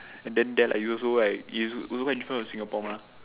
and then it also like it's also quite different from Singapore mah